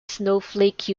snowflake